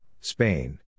Spain